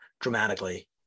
dramatically